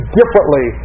differently